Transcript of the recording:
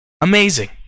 Amazing